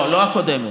לא, לא הקודמת.